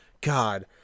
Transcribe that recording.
god